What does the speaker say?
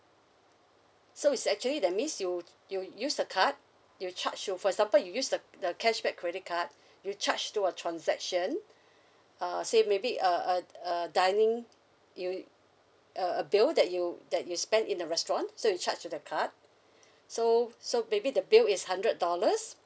so it's actually that means you you use the card you charge to for example you use the the cashback credit card you charge to a transaction uh say maybe uh uh uh dining you uh uh bill that you that you spend in the restaurant so you charge to the card so so maybe the bill is hundred dollars